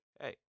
hey